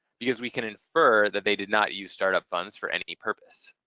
because we can infer that they did not use startup funds for any purpose.